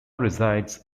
resides